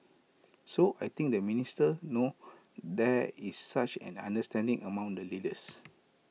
so I think the ministers know there is such an understanding among the leaders